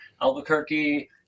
albuquerque